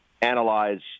analyze